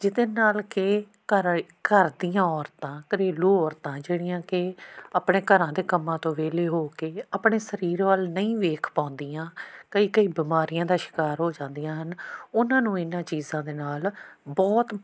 ਜਿਹਦੇ ਨਾਲ ਕੇ ਘਰ ਘਰ ਦੀਆਂ ਔਰਤਾਂ ਘਰੇਲੂ ਔਰਤਾਂ ਜਿਹੜੀਆਂ ਕਿ ਆਪਣੇ ਘਰਾਂ ਦੇ ਕੰਮਾਂ ਤੋਂ ਵੇਹਲੇ ਹੋ ਕੇ ਆਪਣੇ ਸਰੀਰ ਵੱਲ ਨਹੀਂ ਵੇਖ ਪਾਉਂਦੀਆਂ ਕਈ ਕਈ ਬਿਮਾਰੀਆਂ ਦਾ ਸ਼ਿਕਾਰ ਹੋ ਜਾਂਦੀਆਂ ਹਨ ਉਹਨਾਂ ਨੂੰ ਇਨਾ ਚੀਜ਼ਾਂ ਦੇ ਨਾਲ ਬਹੁਤ